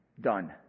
done